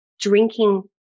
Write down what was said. drinking